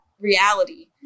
reality